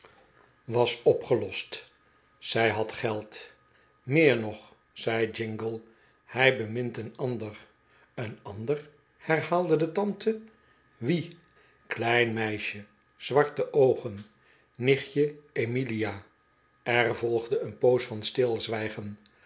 was opgelost zij had geld meer nog zei jingle hij bemint een ander een ander herhaalde de tante wie klein meisje zwarte oogen nichtje emilia er volgde een poos van stilzwijgen